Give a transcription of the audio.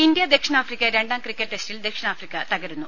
India ദക്ഷിണാഫ്രിക്ക രണ്ടാം cricket ടെസ്റ്റിൽ ദക്ഷിണാഫ്രിക്ക തകരുന്നു